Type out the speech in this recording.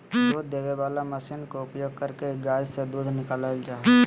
दूध देबे वला मशीन के उपयोग करके गाय से दूध निकालल जा हइ